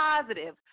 positive